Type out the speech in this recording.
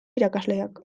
irakasleak